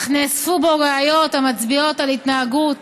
אך נאספו בו ראיות המצביעות על התנהגות